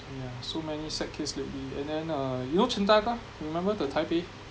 ya so many sad case lately and then uh you know 陈大哥 you remember the Taipei